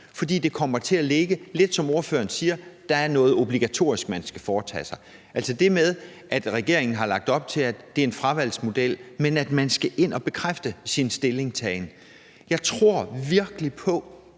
tage de her drøftelser, for lidt som ordføreren siger, er der noget obligatorisk, man skal foretage sig, altså det med, at regeringen har lagt op til, at det er en fravalgsmodel, men at man skal ind og bekræfte sin stillingtagen. Jeg tror virkelig på,